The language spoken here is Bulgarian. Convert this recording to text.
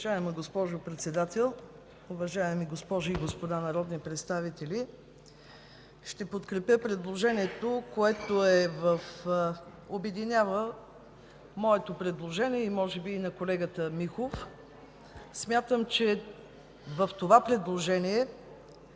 Уважаема госпожо Председател, уважаеми госпожи и господа народни представители! Ще подкрепя предложението, което обединява моето предложение и може би на колегата Михов. Смятам, че в това предложение